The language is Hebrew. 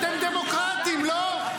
אתם דמוקרטים, לא?